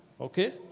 Okay